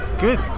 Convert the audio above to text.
good